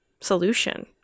solution